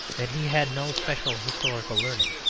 that he had no special historical learning,